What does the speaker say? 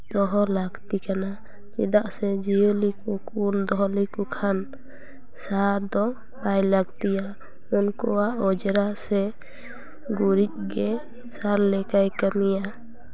ᱫᱚᱦᱚ ᱞᱟᱹᱠᱛᱤ ᱠᱟᱱᱟ ᱪᱮᱫᱟᱜ ᱥᱮ ᱡᱤᱭᱟᱹᱞᱤ ᱠᱚᱠᱚ ᱫᱚᱦᱚ ᱞᱮᱠᱚ ᱠᱷᱟᱱ ᱥᱟᱨ ᱫᱚ ᱵᱟᱭ ᱞᱟᱹᱠᱛᱤᱭᱟ ᱩᱱᱠᱩᱣᱟᱜ ᱚᱸᱡᱽᱨᱟ ᱥᱮ ᱜᱩᱨᱤᱡ ᱜᱮ ᱥᱟᱨ ᱞᱮᱠᱟᱭ ᱠᱟᱹᱢᱤᱭᱟ